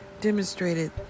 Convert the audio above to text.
demonstrated